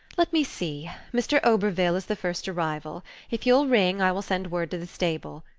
let me see mr. oberville is the first arrival if you'll ring i will send word to the stable.